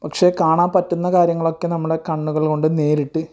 പക്ഷേ കാണാൻ പറ്റുന്ന കാര്യങ്ങളൊക്കെ നമ്മുടെ കണ്ണുകൾ കൊണ്ട് നേരിട്ട്